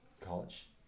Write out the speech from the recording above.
College